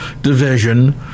division